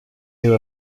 who